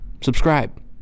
Subscribe